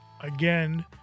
again